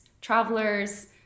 travelers